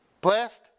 Blessed